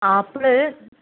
apple